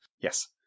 Yes